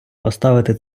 поставити